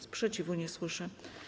Sprzeciwu nie słyszę.